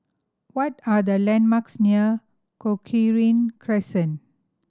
what are the landmarks near Cochrane Crescent